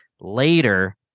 later